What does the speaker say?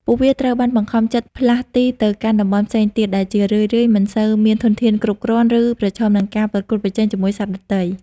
ពួកវាត្រូវបានបង្ខំចិត្តផ្លាស់ទីទៅកាន់តំបន់ផ្សេងទៀត ដែលជារឿយៗមិនសូវមានធនធានគ្រប់គ្រាន់ ឬប្រឈមនឹងការប្រកួតប្រជែងជាមួយសត្វដទៃ។